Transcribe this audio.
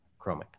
chromic